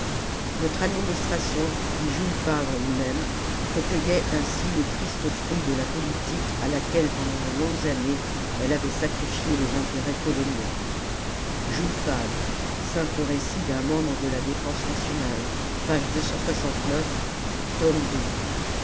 notre administration dit jules favre lui-même recueillait ainsi les tristes fruits de la politique à laquelle la commune pendant de longues années elle avait sacrifié les intérêts coloniaux jules favre simple récit d'un membre de la défense nationale